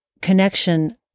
connection